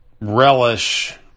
relish